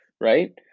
right